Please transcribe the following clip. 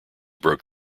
broke